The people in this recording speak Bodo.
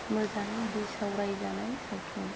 मोजां बिसावरायजानाय सावथुन